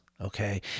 okay